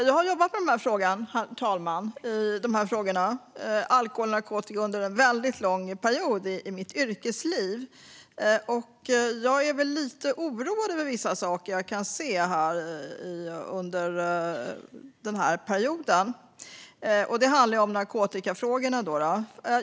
Jag har jobbat med frågor som rör alkohol och narkotika under en väldigt lång period i mitt yrkesliv, herr talman, och jag är lite oroad över vissa saker som jag har kunnat se under denna period. Det handlar om narkotikafrågorna.